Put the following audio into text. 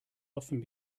often